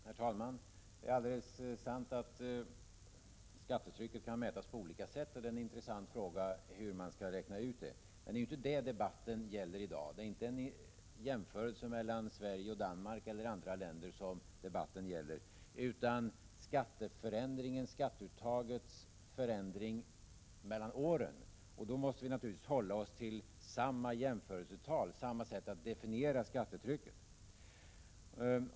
Herr talman! Det är alldeles sant att skattetrycket kan mätas på olika sätt, och det är en intressant fråga hur man skall räkna ut detta. Men det är ju inte det som debatten i dag handlar om. Det är alltså inte en jämförelse mellan Sverige och Danmark eller något annat land som debatten i dag gäller, utan det handlar om skatteuttagets förändring mellan de aktuella åren. Naturligtvis måste vi hålla oss till samma jämförelsetal, samma sätt att definiera skattetrycket.